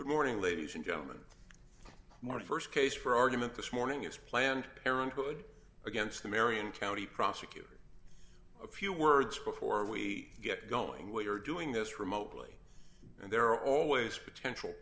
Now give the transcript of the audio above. good morning ladies and gentlemen marty st case for argument this morning is planned parenthood against the marion county prosecutor a few words before we get going what you're doing this remotely and there are always potential